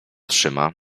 trzyma